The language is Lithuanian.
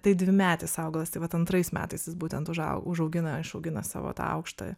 tai dvimetis augalas tai vat antrais metais jis būtent užau užaugina išaugina savo tą aukštą